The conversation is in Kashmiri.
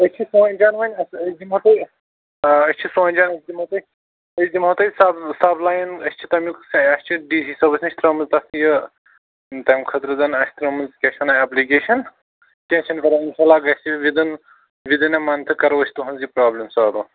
أسۍ چھِ سوٗنٛچان وۅنۍ أسۍ دِمہو تۄہہِ أسۍ چھِ سوٗنٛچان أسۍ دِمہو تۄہہِ أسۍ دِمہو تۄہہِ سب سَب لایِن أسۍ چھِ تَمیُک اَسہِ چھِ ڈی سی صٲبَس نِش ترٛٲومٕژ تَتھ یہِ تَمہِ خٲطرٕ زَن اَسہِ ترٛٲومٕژ کیٛاہ چھِ وَنان ایٚپلِکیشَن کیٚنٛہہ چھُنہٕ پَرواے اِنشاء اللہ گژھِ وِدَن وِدِن اےٚ مَنتھٕ کَرو أسۍ تُہٕنٛز یہِ پرٛابلِم سالوٗ